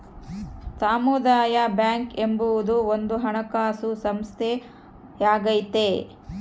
ಸಮುದಾಯ ಬ್ಯಾಂಕ್ ಎಂಬುದು ಒಂದು ಹಣಕಾಸು ಸಂಸ್ಥೆಯಾಗೈತೆ